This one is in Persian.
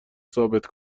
ثابت